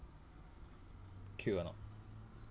cute or not